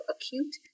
acute